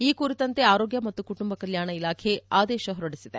ಈ ಕುರಿತಂತೆ ಆರೋಗ್ಯ ಮತ್ತು ಕುಟುಂಬ ಕಲ್ಕಾಣ ಇಲಾಖೆ ಆದೇಶ ಹೊರಡಿಸಿದೆ